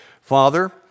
Father